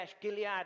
Gilead